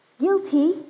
guilty